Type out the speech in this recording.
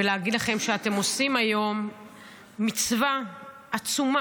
ולהגיד לכם שאתם עושים היום מצווה עצומה,